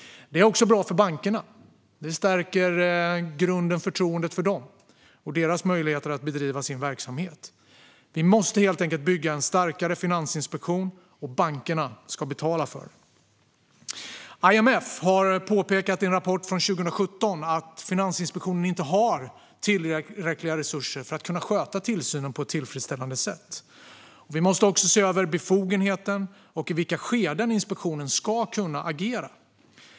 Det är också bra för bankerna. Det stärker grunden och förtroendet för dem och deras möjligheter att bedriva sin verksamhet. Vi måste helt enkelt bygga en starkare finansinspektion - och bankerna ska betala för den. IMF påpekar i en rapport från 2017 att Finansinspektionen inte har tillräckliga resurser för att kunna sköta tillsynen på ett tillfredsställande sätt. Vi måste också se över inspektionens befogenheter och i vilka skeden den ska kunna agera.